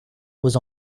was